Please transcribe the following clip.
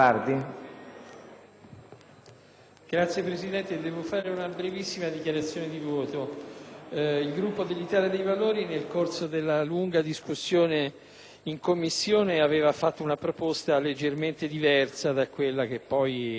Signor Presidente, intervengo per una breve dichiarazione di voto. Il Gruppo dell'Italia dei Valori, nel corso della lunga discussione in Commissione, aveva presentato una proposta leggermente diversa da quella che poi è stata scelta.